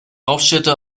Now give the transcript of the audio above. hauptstädte